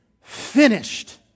finished